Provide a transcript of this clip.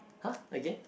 !huh! again